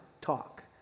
talk